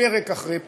פרק אחרי פרק.